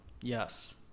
Yes